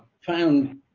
found